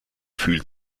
fühlt